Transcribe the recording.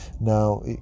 now